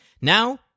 Now